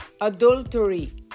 adultery